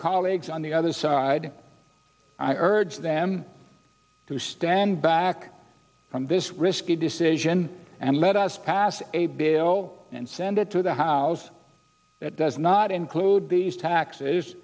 colleagues on the other side i urge them to stand back from this risky decision and let us pass a bill and send it to the house that does not include these taxes